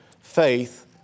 Faith